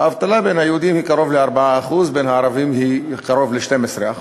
האבטלה בין היהודים היא קרוב ל-4% ובין הערבים היא קרוב ל-12%,